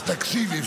אז תקשיבי.